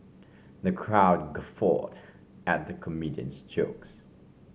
the crowd guffawed at the comedian's jokes